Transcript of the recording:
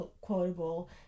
quotable